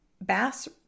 bass